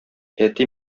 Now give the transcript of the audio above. әти